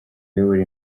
ayobora